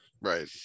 Right